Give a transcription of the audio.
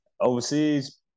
overseas